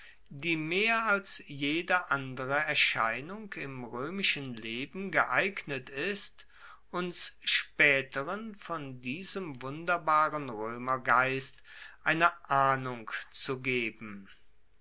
die mehr als jede andere erscheinung im roemischen leben geeignet ist uns spaeteren von diesem wunderbaren roemergeist eine ahnung zu geben